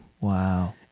Wow